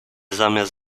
zamiast